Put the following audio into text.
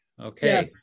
Okay